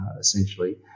essentially